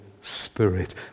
Spirit